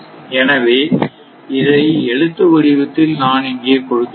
எனவே இதை எழுத்து வடிவத்தில் நான் இங்கே கொடுத்துள்ளேன்